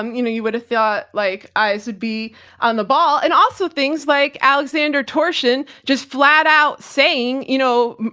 um you know, you would have thought like eyes would be on the ball, and also things like aleksandr torshin just flat out saying, you know,